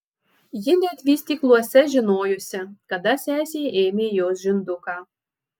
ji net vystykluose žinojusi kada sesė ėmė jos žinduką